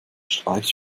streich